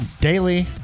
daily